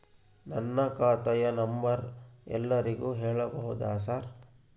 ನನ್ನ ಖಾತೆಯ ನಂಬರ್ ಎಲ್ಲರಿಗೂ ಹೇಳಬಹುದಾ ಸರ್?